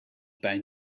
pijn